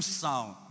sound